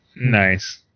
nice